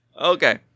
Okay